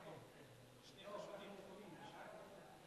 רק לדעת,